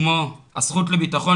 כמו הזכות לביטחון,